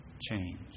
change